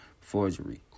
Forgery